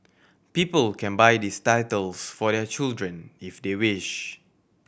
people can buy these titles for their children if they wish